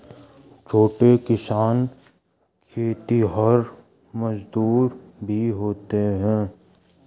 छोटे किसान खेतिहर मजदूर भी होते हैं